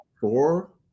four